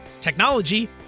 technology